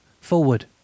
Forward